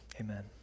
amen